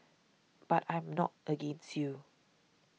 but I am not against you